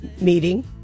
meeting